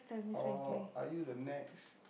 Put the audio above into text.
or are you the next